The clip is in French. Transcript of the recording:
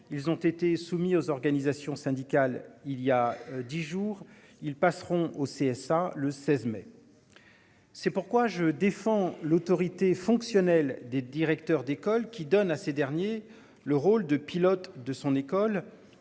Ils ont été soumis aux organisations syndicales, il y a 10 jours, ils passeront au CSA le 16 mai. C'est pourquoi je défends l'autorité fonctionnelle des directeurs d'école qui donne à ces derniers, le rôle de pilote de son école